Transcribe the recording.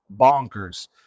bonkers